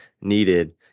needed